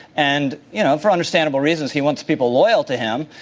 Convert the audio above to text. and, you know, for understandable reasons, he wants people loyal to him.